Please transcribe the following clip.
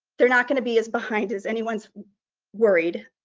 they're not gonna be as behind as anyone's worried.